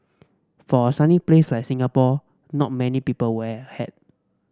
for a sunny place like Singapore not many people wear a hat